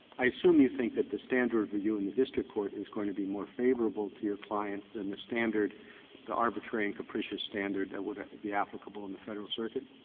i assume you think that the standard review in the district court is going to be more favorable to your client than the standard the arbitrary and capricious standard would be applicable in the federal circuit?